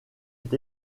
est